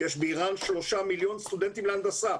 יש באירן שלושה מיליון סטודנטים להנדסה.